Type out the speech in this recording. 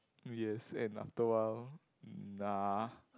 two years and after a while mm nah